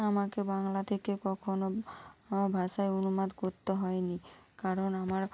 আমাকে বাংলা থেকে কখনো ভাষায় অনুবাদ করতে হয় নি কারণ আমার